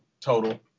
total